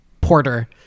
porter